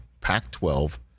Pac-12